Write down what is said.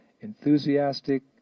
enthusiastic